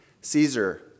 Caesar